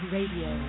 Radio